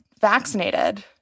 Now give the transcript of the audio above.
vaccinated